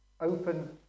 Open